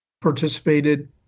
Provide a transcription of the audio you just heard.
participated